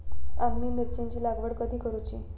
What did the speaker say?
आम्ही मिरचेंची लागवड कधी करूची?